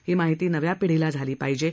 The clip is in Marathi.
ही माहिती नव्या पिढीला झाली पाहिजे